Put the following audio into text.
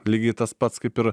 lygiai tas pats kaip ir